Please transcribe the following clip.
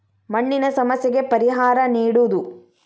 ಮಣ್ಣಿನ ಸಮಸ್ಯೆಗೆ ಪರಿಹಾರಾ ನೇಡುದು